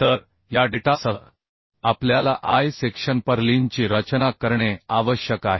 तर या डेटासह आपल्याला I सेक्शन पर्लिनची रचना करणे आवश्यक आहे